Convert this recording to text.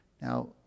Now